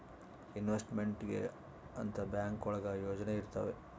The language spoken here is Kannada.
ಇನ್ವೆಸ್ಟ್ಮೆಂಟ್ ಗೆ ಅಂತ ಬ್ಯಾಂಕ್ ಒಳಗ ಯೋಜನೆ ಇರ್ತವೆ